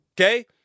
okay